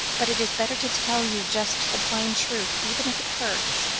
but it is better to tell you just the plain truth, even if it hurts